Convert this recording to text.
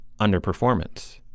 underperformance